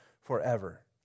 forever